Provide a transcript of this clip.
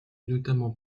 notamment